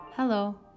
Hello